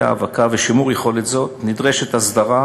שירותי ההאבקה ושימור יכולת זו נדרשת הסדרה,